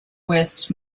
west